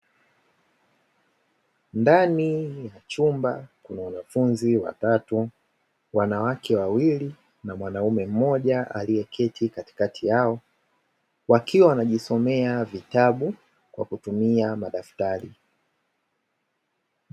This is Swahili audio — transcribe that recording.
Ndani ya chumba kuna wanafunzi watatu wanawake wawili na mwanaume mmoja aliyeketi katikati yao, wakiwa wanajisomea vitabu kwa kutumia madaftari.